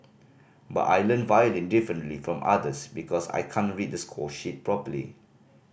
but I learn violin differently from others because I can't read the score sheet properly